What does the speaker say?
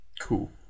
Cool